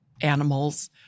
animals